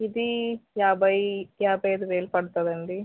ఇదీ యాభై యాభై ఐదు వేలు పడుతుందండి